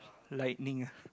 lightning ah